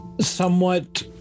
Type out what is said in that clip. somewhat